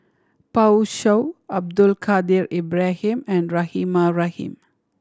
Pan Shou Abdul Kadir Ibrahim and Rahimah Rahim